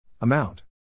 Amount